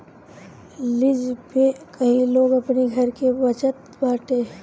lease पे कई लोग अपनी घर के बचत बाटे